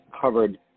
covered